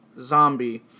zombie